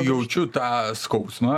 jaučiu tą skausmą